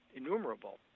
innumerable